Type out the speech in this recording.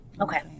Okay